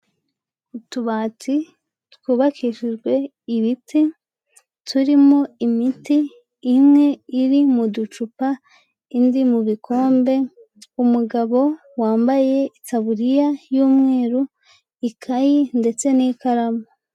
Utubati twubakishijwe ibiti, turimo imiti, imwe iri mu ducupa, indi mu bikombe, umugabo wambaye itaburiya y'umweru, ikayi ndetse n'ikaramu.